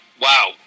wow